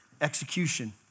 execution